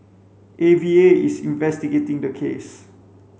A V A is investigating the case